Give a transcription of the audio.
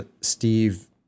Steve